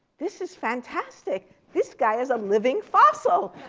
this is fantastic. this guy is a living fossil!